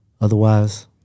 Otherwise